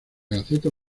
gaceta